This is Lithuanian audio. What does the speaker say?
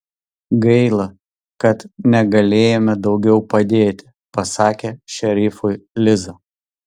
gaila kad negalėjome daugiau padėti pasakė šerifui liza